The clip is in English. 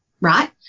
right